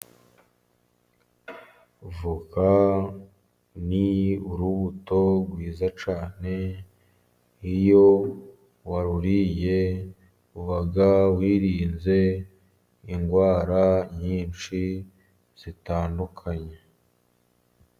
Avoka ni urubuto rwiza cyane, iyo waruriye uba wirinze indwara nyinshi zitandukanye.